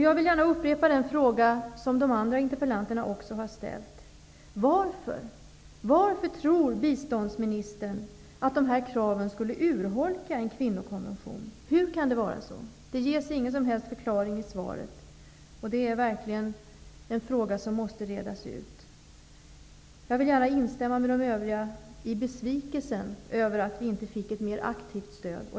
Jag vill gärna upprepa den fråga som de andra interpellanterna också har ställt: Varför tror biståndsministern att dessa krav skulle urholka en kvinnokonvention? Hur kan det vara så? Det ges ingen som helst förklaring i svaret. Det är verkligen en fråga som måste redas ut. Jag vill gärna instämma med de övriga i besvikelsen över att vi inte fick ett mer aktivt stöd.